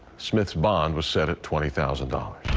smith's bond was set at twenty thousand dollars.